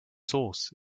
zoos